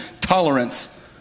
tolerance